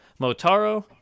Motaro